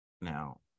now